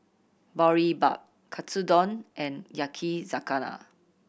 Boribap Katsudon and Yakizakana